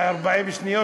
40 שניות.